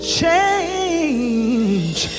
change